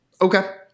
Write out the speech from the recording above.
Okay